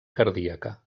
cardíaca